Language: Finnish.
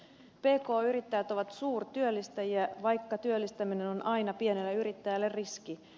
pk yrittäjät ovat suurtyöllistäjiä vaikka työllistäminen on aina pienelle yrittäjälle riski